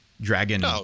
Dragon